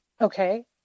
okay